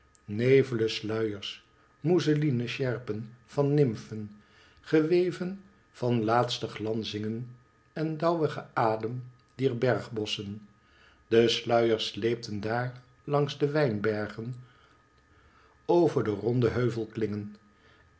nevele sluiers mousseline sjerpen van nymfen geweven van laatste glanzingen en dauwigen adem dier bergbosschen de sluiers sleepten daar langs de wijnbergen over de ronde